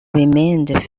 remained